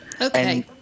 Okay